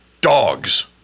Dogs